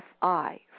FI